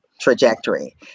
trajectory